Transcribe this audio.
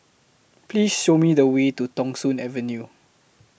Please Show Me The Way to Thong Soon Avenue